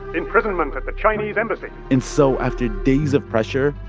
imprisonment at the chinese embassy and so after days of pressure,